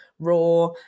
Raw